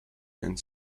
and